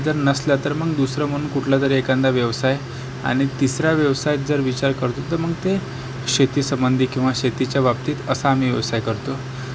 आणि ते जर नसलं तर मग दुसरं म्हणून कुठलं तरी एखादा व्यवसाय आणि तिसरा व्यवसाय जर विचार करतो तर मग ते शेतीसंबंधी किंवा शेतीच्या बाबतीत असा आम्ही व्यवसाय करतो